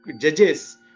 judges